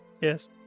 Yes